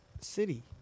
city